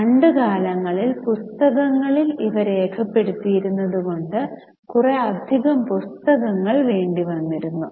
പണ്ട് കാലങ്ങളിൽ പുസ്തകങ്ങയിൽ ഇവ രേഖപ്പെടുത്തുന്നത് കൊണ്ട് കുറെ അധികം പുസ്തകങ്ങൾ വേണ്ടി വന്നിരുന്നു